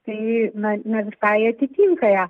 tai na ne visai atitinka ją